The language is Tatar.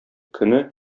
көне